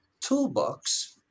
toolbox